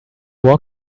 walk